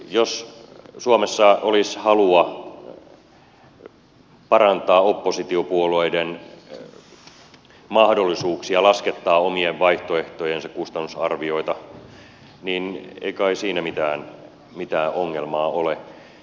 jos suomessa olisi halua parantaa oppositiopuolueiden mahdollisuuksia laskettaa omien vaihtoehtojensa kustannusarvioita niin ei kai siinä mitään ongelmaa ole